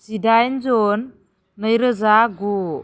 जिदाइन जुन नै रोजा गु